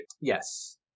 Yes